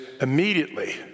immediately